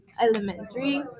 elementary